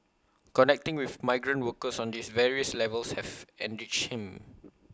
connecting with migrant workers on these various levels have enriched him